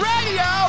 Radio